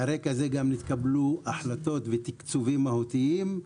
על הרקע הזה גם נתקבלו החלטות ותקצובים מהותיים.